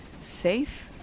safe